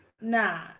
Nah